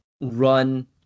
run